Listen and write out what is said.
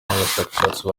n’abashakashatsi